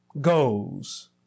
goes